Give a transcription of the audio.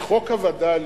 את חוק הווד"לים,